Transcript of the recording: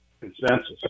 consensus